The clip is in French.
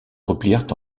replièrent